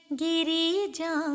girija